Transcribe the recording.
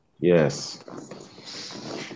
Yes